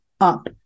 up